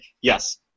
Yes